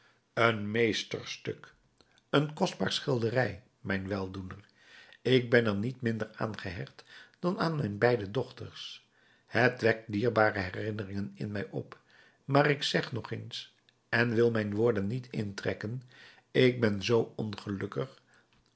een meesterstuk een kostbare schilderij mijn weldoener ik ben er niet minder aan gehecht dan aan mijne beide dochters het wekt dierbare herinneringen in mij op maar ik zeg nog eens en wil mijn woorden niet intrekken ik ben zoo ongelukkig